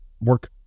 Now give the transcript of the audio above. work